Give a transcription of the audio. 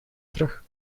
terug